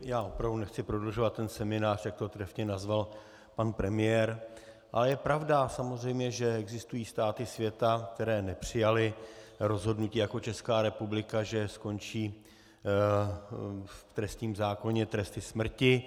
Já opravdu nechci prodlužovat ten seminář, jak to trefně nazval pan premiér, ale je pravda samozřejmě, že existují státy světa, které nepřijaly rozhodnutí jako ČR, že skončí v trestním zákoně tresty smrti.